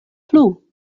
plu